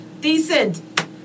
Decent